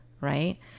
right